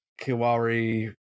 Kiwari